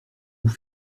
vous